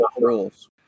rules